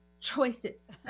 choices